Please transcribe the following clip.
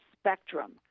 spectrum